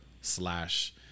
slash